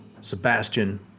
Sebastian